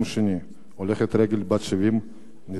יום שני, הולכת רגל בת 70 נדרסה.